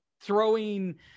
throwing